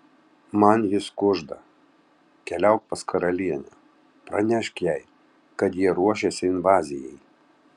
man jis kužda keliauk pas karalienę pranešk jai kad jie ruošiasi invazijai